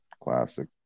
Classic